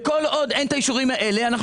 כל עוד אין את האישורים האלה אנחנו